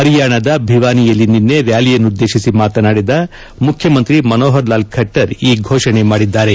ಹರಿಯಾಣದ ಭಿವಾನಿಯಲ್ಲಿ ನಿನ್ಲೆ ರ್ಯಾಲಿಯನ್ನುದ್ಗೇಶಿಸಿ ಮಾತನಾಡಿದ ಮುಖ್ಯಮಂತ್ರಿ ಮನೋಹರ್ ಲಾಲ್ ಖಟ್ಟರ್ ಈ ಘೋಷಣೆ ಮಾದಿದ್ದಾರೆ